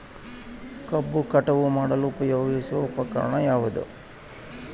ಕಬ್ಬು ಕಟಾವು ಮಾಡಲು ಉಪಯೋಗಿಸುವ ಉಪಕರಣ ಯಾವುದು?